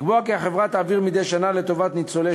לקבוע כי החברה תעביר מדי שנה לטובת ניצולי